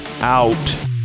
out